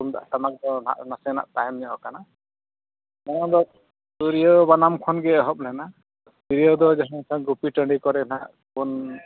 ᱛᱩᱢᱫᱟᱜ ᱴᱟᱢᱟᱠ ᱫᱚ ᱱᱟᱦᱟᱸᱜ ᱱᱟᱥᱮ ᱱᱟᱜ ᱛᱟᱭᱱᱚᱢ ᱧᱚᱜ ᱠᱟᱱᱟ ᱱᱚᱣᱟ ᱫᱚ ᱛᱤᱨᱭᱳ ᱵᱟᱱᱟᱢ ᱠᱷᱚᱱ ᱜᱮ ᱮᱦᱚᱵ ᱞᱮᱱᱟ ᱛᱤᱨᱭᱳ ᱫᱚ ᱡᱟᱦᱟᱸ ᱞᱮᱠᱟ ᱜᱩᱯᱤ ᱴᱟᱹᱰᱤ ᱠᱚᱨ ᱱᱟᱦᱟᱜ ᱵᱚᱱ